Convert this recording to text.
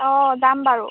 অঁ যাম বাৰু